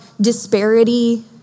disparity